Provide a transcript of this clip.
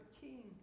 king